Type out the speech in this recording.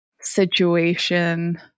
situation